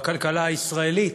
בכלכלה הישראלית